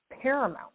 paramount